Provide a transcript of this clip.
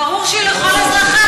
ברור שהיא לכל אזרחיה,